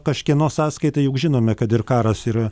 kažkieno sąskaita juk žinome kad ir karas yra